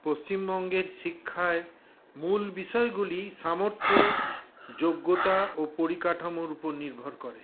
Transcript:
পশ্চিমবঙ্গের শিক্ষায় মূল বিষয়গুলি সামর্থ্য যোগ্যতা ও পরিকাঠামোর উপর নির্ভর করে